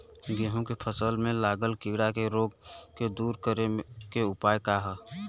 गेहूँ के फसल में लागल कीड़ा के रोग के दूर करे के उपाय का बा?